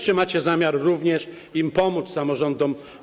Czy macie zamiar również pomóc im, samorządom?